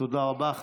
תודה רבה.